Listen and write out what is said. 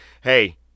hey